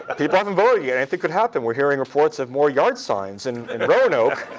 ah people haven't voted yet. anything could happen. we're hearing reports of more yard signs in roanoke.